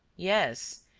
yes.